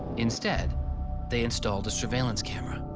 instead they installed a surveillance camera